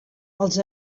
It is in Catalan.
els